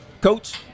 coach